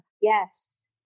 Yes